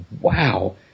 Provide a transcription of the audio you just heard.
wow